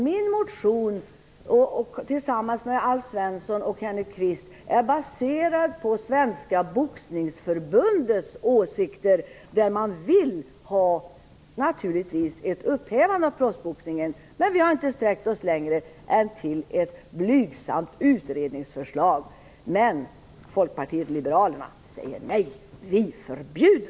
Min motion, som jag har skrivit tillsammans med Alf Svensson och Kenneth Kvist, är baserad på Svenska boxningsförbundets åsikter. Detta förbund vill naturligtvis ha ett upphävande av proffsboxningen. Men vi har inte sträckt oss längre än till ett blygsamt utredningsförslag. Men Folkpartiet liberalerna säger nej. De säger: Vi förbjuder.